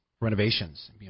renovations